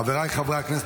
חבריי חברי הכנסת,